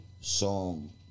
song